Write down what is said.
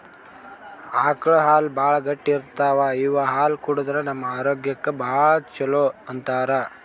ಆಕಳ್ ಹಾಲ್ ಭಾಳ್ ಗಟ್ಟಿ ಇರ್ತವ್ ಇವ್ ಹಾಲ್ ಕುಡದ್ರ್ ನಮ್ ಆರೋಗ್ಯಕ್ಕ್ ಭಾಳ್ ಛಲೋ ಅಂತಾರ್